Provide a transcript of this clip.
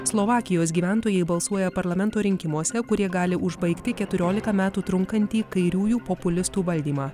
slovakijos gyventojai balsuoja parlamento rinkimuose kurie gali užbaigti keturiolika metų trunkantį kairiųjų populistų valdymą